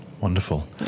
Wonderful